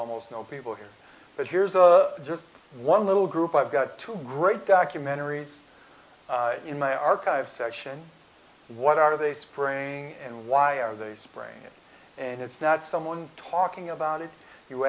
almost no people here but here's just one little group i've got two great documentaries in my archive section what are they spraying and why are they spraying it and it's not someone talking about it you